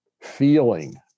feeling